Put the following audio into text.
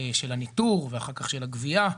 של הניטור ואחר כך של הגבייה.